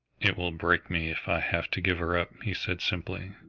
it will break me if i have to give her up, he said simply.